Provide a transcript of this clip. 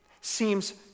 seems